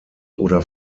oder